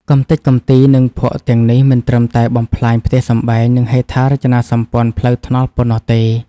កម្ទេចកម្ទី និងភក់ទាំងនេះមិនត្រឹមតែបំផ្លាញផ្ទះសម្បែង និងហេដ្ឋារចនាសម្ព័ន្ធផ្លូវថ្នល់ប៉ុណ្ណោះទេ។